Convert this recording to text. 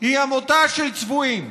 היא עמותה של צבועים.